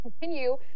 continue